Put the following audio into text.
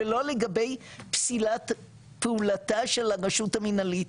ולא לגבי פסילת פעולתה של הרשות המנהלית.